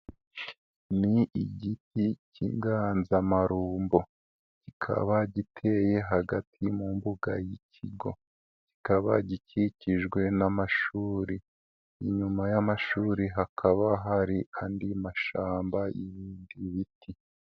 Ni igiti cy'inganzamarumbu kikaba giteye hagati mu mbuga y'ikigo, kikaba gikikijwe n'amashuri, inyuma y'amashuri hakaba hari andi mashamba y'ibindi biti.